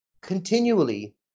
continually